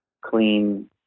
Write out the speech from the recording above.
clean